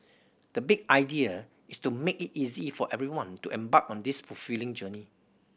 the big idea is to make it easy for everyone to embark on this fulfilling journey